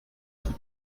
qui